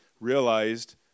realized